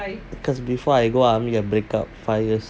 because before I go army I break up five years